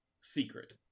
secret